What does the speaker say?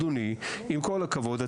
עם כל הכבוד,